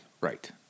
Right